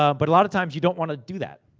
um but a lot of times, you don't wanna do that.